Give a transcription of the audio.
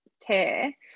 tear